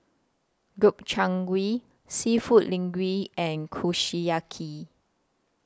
Gobchang Gui Seafood Linguine and Kushiyaki